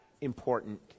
important